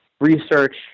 research